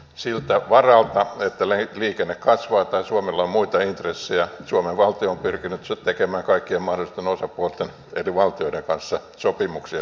siltä varalta että liikenne kasvaa tai suomella on muita intressejä suomen valtio on pyrkinyt tekemään kaikkien mahdollisten osapuolten eri valtioiden kanssa sopimuksia jo tähän asti